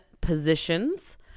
positions